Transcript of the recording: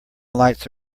lights